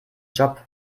job